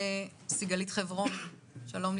וסיגלית חברוני, שלום.